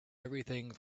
everything